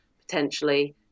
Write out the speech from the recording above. potentially